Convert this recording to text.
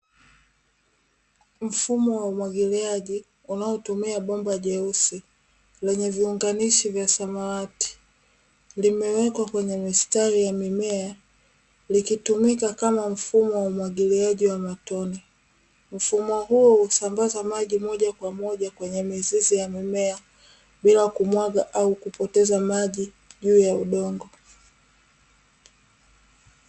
Mfumo wa umwagiliaji unaotumia bomba jeusi, lenye viunganishi vya samawati. Limewekwa kwenye mistari ya mimea, likitumika kama mfumo wa umwagiliaji wa matone. Mfumo huo husambaza maji moja kwa moja kwenye mizizi ya mimea, bila kumwaga au kupoteza maji juu ya udongo.